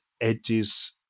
edges